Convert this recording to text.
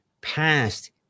past